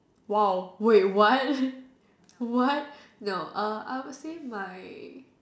!wow! wait what what no err I would say my